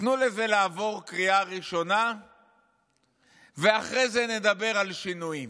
תנו לזה לעבור בקריאה ראשונה ואחרי זה נדבר על שינויים.